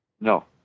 No